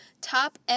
top